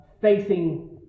facing